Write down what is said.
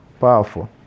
powerful